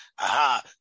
Aha